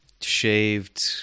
shaved